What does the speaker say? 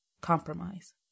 Compromise